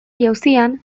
jauzian